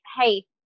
hey